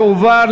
התשע"ג 2013,